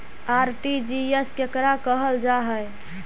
RTGS केकरा कहल जा है?